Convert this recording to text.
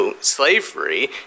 slavery